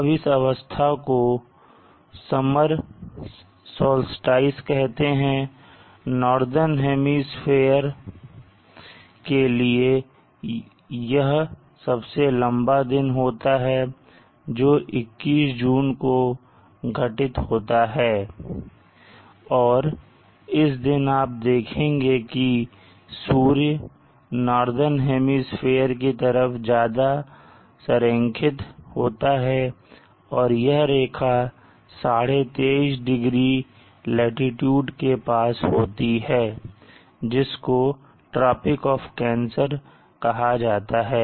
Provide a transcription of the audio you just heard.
अब इस अवस्था को summer solstice कहते हैं नॉर्दर्न हेमिस्फीयर के लिए यह सबसे लंबा दिन होता है जो 21 जून को घटित होता है और इस दिन आप देखेंगे कि सूर्य नॉर्दर्न हेमिस्फीयर की तरफ ज्यादा संरेखित होता है और यह रेखा 2312degree लाटीट्यूड से पास होती है जिसको ट्रॉपिक ऑफ़ कैंसर कहां जाता है